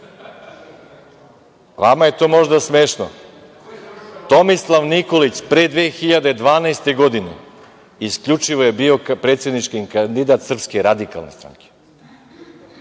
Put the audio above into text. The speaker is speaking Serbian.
je to možda smešno. Tomislav Nikolić, pre 2012. godine, isključivo je bio predsednički kandidat Srpske radikalne stranke.